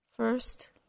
First